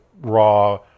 raw